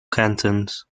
cantons